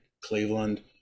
Cleveland